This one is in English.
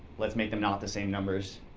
let's make them not the same numbers.